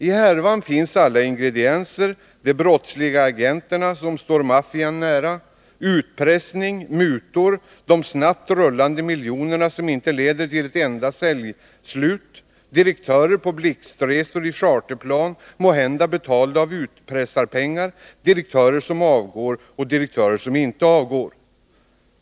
I härvan finns alla ingredienser: de brottsliga agenterna som står maffian nära, utpressning, mutor, de snabbt rullande miljonerna som inte leder till ett enda säljavslut, direktörer på blixtresor i charterplan — måhända betalda med utpressarpengar —, direktörer som avgår och direktörer som inte avgår.